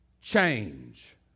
Change